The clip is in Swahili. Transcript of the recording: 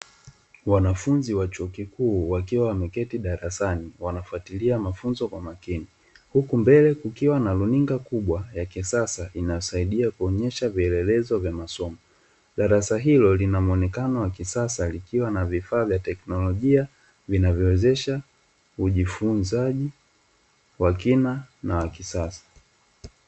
Wanafunzi wa chuo kikuu wakiwa wameketi darasani wanafuatilia mafunzo kwa makini. Huku mbele kukiwa na runinga kubwa, ya kisasa inasaidia kuonyesha vielelezo vya masomo. Darasa hilo lina muonekano wa kisasa, likiwa na vifaa vya teknolojia vinavyowezesha ujifunzaji wa kina na wa kisasa.